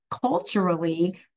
culturally